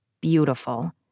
beautiful